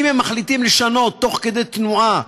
אם הם מחליטים לשנות תוך כדי תנועה,